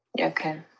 okay